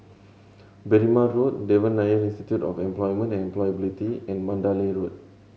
Berrima Road Devan Nair Institute of Employment and Employability and Mandalay Road